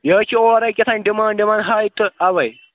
یہِ حظ چھِ اورَے کیٛاہتھانۍ ڈِمانٛڈ دِوان ہاے تہٕ اَوَے